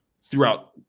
throughout